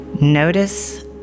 Notice